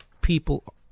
people